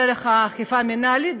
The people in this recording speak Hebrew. דרך אכיפה מינהלית,